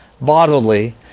bodily